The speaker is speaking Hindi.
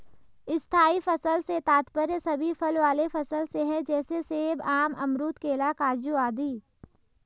स्थायी फसल से तात्पर्य सभी फल वाले फसल से है जैसे सेब, आम, अमरूद, केला, काजू आदि